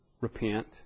repent